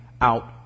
out